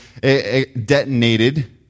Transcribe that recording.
detonated